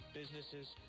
businesses